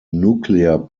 nuclear